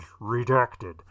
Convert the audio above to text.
redacted